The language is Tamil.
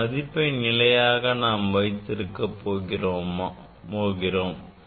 இதன் மதிப்பை நிலையாக நாம் வைத்திருக்கப் போகிறோம்